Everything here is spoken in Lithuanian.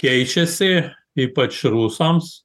keičiasi ypač rusams